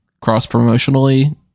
cross-promotionally